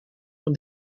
van